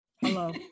Hello